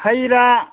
ꯍꯩ ꯔꯥ